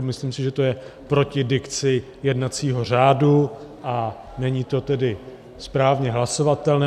Myslím si, že to je proti dikci jednacího řádu, a není to tedy správně hlasovatelné.